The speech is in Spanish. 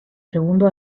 segundo